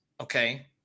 okay